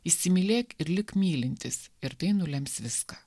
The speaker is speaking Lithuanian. įsimylėk ir lik mylintis ir tai nulems viską